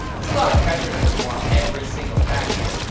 that's a lot of pressure to perform every single practice.